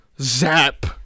Zap